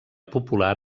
popular